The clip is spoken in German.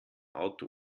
auto